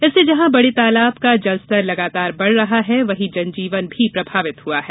इससे जहां बड़े तालाब का जलस्तर लगातार बढ़ रहा है वहीं जनजीवन भी प्रभावित हुआ है